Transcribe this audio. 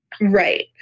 Right